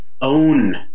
own